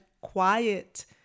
quiet